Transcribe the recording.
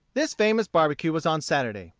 this famous barbecue was on saturday.